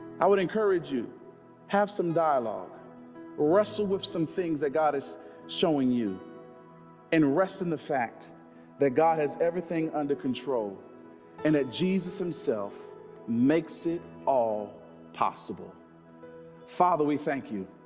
i? would encourage you have some dialogue wrestle with some things that god is showing you and rest in the fact that god has everything under control and that jesus himself makes it all possible father we thank you.